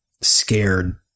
scared